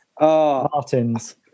Martins